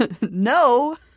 no